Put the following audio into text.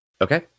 Okay